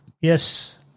Yes